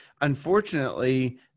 unfortunately